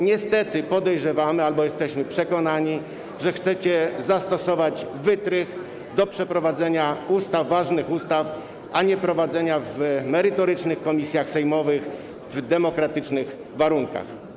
Niestety podejrzewamy albo jesteśmy przekonani, że chcecie zastosować wytrych służący do przeprowadzenia ustaw, ważnych ustaw, a nie prowadzenia tego w merytorycznych komisjach sejmowych, w demokratycznych warunkach.